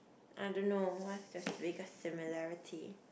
I don't know what's the biggest similarity